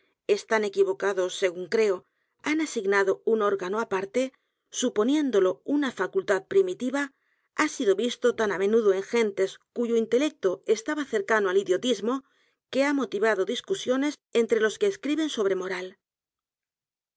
están equivocados según creo han asignado un órgano aparte suponiéndolo una facultad primitiva ha sido visto tan á menudo en gentes cuyo intelecto estaba cercano del idiotismo que ha motivado discusiones entre los que escriben sobre